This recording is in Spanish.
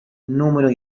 número